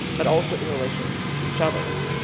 but also in relation to each other.